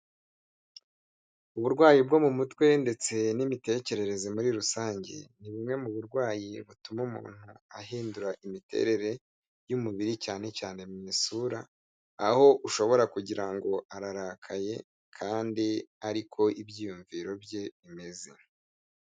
Uburwayi bwo mu mutwe ndetse n'imitekerereze muri rusange, ni bumwe mu burwayi butuma umuntu ahindura imiterere y'umubiri cyane cyane mu isura, aho ushobora kugira ngo ararakaye kandi ariko ibyiyumviro bye bimeze.